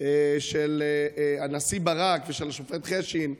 של הנשיא ברק ושל השופט חשין,